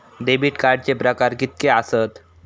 Debit कार्डचे प्रकार कीतके आसत?